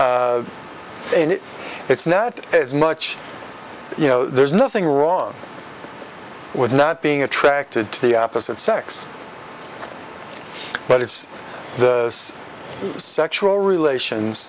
and it's not as much you know there's nothing wrong with not being attracted to the opposite sex but it's the sexual relations